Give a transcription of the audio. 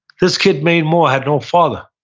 this kid main moore had no father.